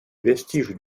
vestiges